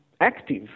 active